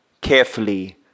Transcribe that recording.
carefully